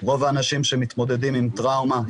רוב האנשים שמתמודדים עם טראומה,